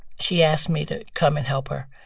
she asked me to come and help her.